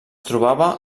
trobava